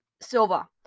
Silva